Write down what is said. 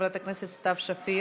חברת הכנסת סתיו שפיר,